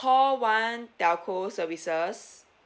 call one telco services